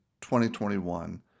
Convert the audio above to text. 2021